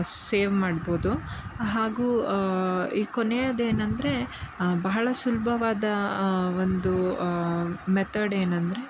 save ಮಾಡ್ಬೋದು ಹಾಗೂ ಈ ಕೊನೆಯದೇನಂದರೆ ಬಹಳ ಸುಲಭವಾದ ಒಂದು ಮೆತಡ್ ಏನಂದರೆ